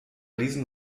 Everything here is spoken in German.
diesen